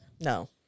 No